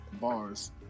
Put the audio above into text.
Bars